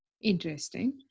Interesting